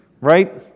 Right